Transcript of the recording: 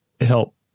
help